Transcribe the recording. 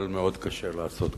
אבל מאוד קשה לעשות כך.